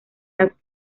las